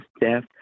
death